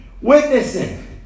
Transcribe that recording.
witnessing